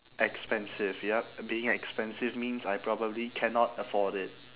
expensive yup being expensive means I probably cannot afford it